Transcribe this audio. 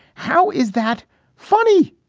how is that funny?